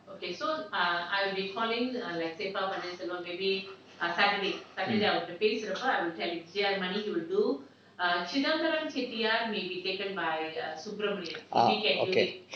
ah okay